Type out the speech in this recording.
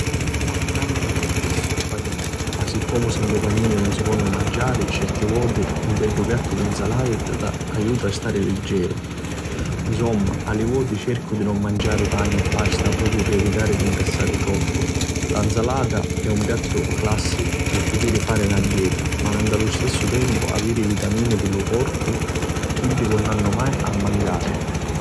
A pranzu prifirissi un paninu ma siccomu sempri panini nun si ponnu manciari certi voti un beddu piattu di nsalata t'aiuta a stari liggeru. Nsumma a li voti cercu di nun manciari pani e pasta propriu pi evitari di ngrassari troppu, la nsalata è lu piattu classicu pi putiri fari na dieta ma nta lu stessu tempu aviri vitamini pi lu corpu, chiddi nun hannu mai a mancari.